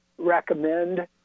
recommend